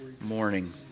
morning